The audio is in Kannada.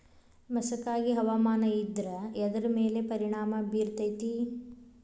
ಮಸಕಾಗಿ ಹವಾಮಾನ ಇದ್ರ ಎದ್ರ ಮೇಲೆ ಪರಿಣಾಮ ಬಿರತೇತಿ?